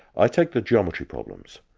i take the geometry problems,